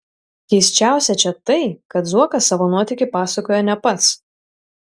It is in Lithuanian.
keisčiausia čia tai kad zuokas savo nuotykį pasakoja ne pats